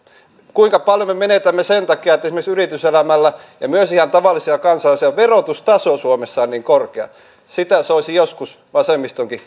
kuinka paljon me menetämme sen takia että esimerkiksi yrityselämällä ja myös ihan tavallisella kansalaisella verotustaso suomessa on niin korkea sitä soisi joskus vasemmistonkin